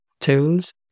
tools